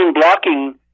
blocking